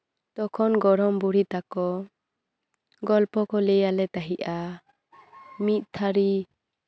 ᱛᱚᱠᱷᱚᱱ ᱜᱚᱲᱚᱢ ᱵᱩᱲᱦᱤ ᱛᱟᱠᱚ ᱜᱚᱞᱯᱚ ᱠᱚ ᱞᱟᱹᱭ ᱟᱞᱮ ᱛᱟᱦᱮᱸᱜᱼᱟ ᱢᱤᱫ ᱛᱷᱟᱹᱨᱤ